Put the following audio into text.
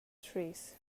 trees